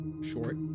short